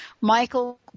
Michael